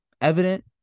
evident